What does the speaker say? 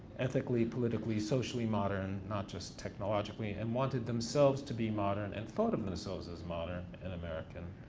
ethically, politically, socially modern, not just technologically, and wanted themselves to be modern and thought of themselves as modern and american.